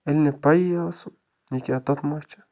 ییٚلہٕ نہٕ پَیی ٲسٕم یہِ کیٛاہ تۄتما چھُ